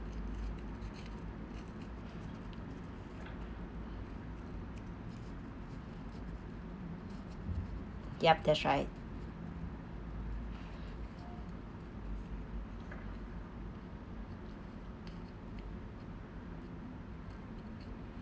yup that's right